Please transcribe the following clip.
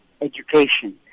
Education